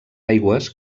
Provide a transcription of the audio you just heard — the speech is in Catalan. aigües